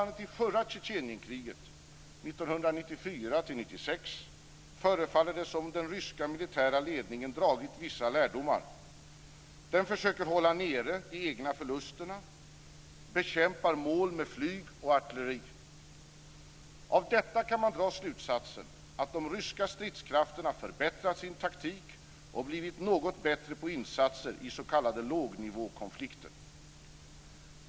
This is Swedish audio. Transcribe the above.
1996, förefaller det som om den ryska militära ledningen dragit vissa lärdomar: Den försöker hålla nere de egna förlusterna och bekämpar mål med flyg och artilleri. Av detta kan man dra slutsatsen att de ryska stridskrafterna förbättrat sin taktik och blivit något bättre på insatser i s.k. lågnivåkonflikter.